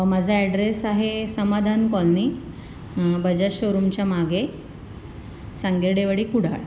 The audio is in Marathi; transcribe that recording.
माझा अॅड्रेस आहे समाधान कॉलनी बजाज शोरूमच्या मागे सांगेडेवाडी कुडाळ